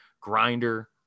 grinder